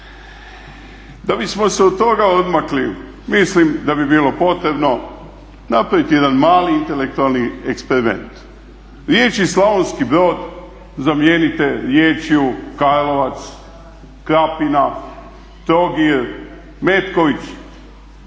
Da bismo se od toga odmakli mislim da bi bilo potrebno napraviti jedan mali intelektualni eksperiment. Riječi Slavonski Brod zamijenite riječju Karlovac, Krapina, Trogir, Metković